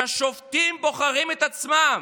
שהשופטים בוחרים את עצמם.